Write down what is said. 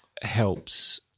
Helps